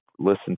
listen